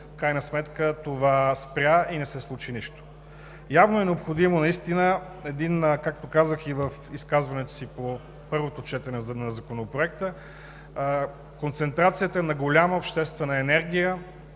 в крайна сметка това спря и не се случи нищо. Явно е необходима, както казах в изказването си по първото четене на Законопроекта, концентрацията на голяма обществена енергия